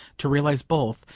to realise both,